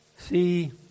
See